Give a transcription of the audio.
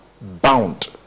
bound